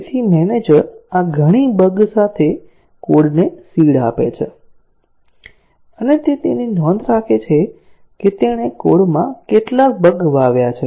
તેથી મેનેજર આ ઘણી બગ સાથે કોડને સીડ આપે છે અને તે તેની નોંધ રાખે છે કે તેણે કોડમાં કેટલા બગ વાવ્યા છે